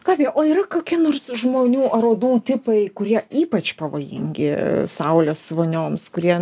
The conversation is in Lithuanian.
ką gi o yra koki nors žmonių ar odų tipai kurie ypač pavojingi saulės vonioms kurie